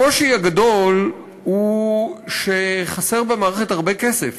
הקושי הגדול הוא שחסר במערכת הרבה כסף.